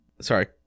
sorry